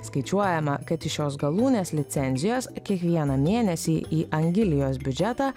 skaičiuojama kad iš šios galūnės licencijos kiekvieną mėnesį į angilijos biudžetą